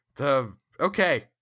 Okay